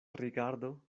rigardo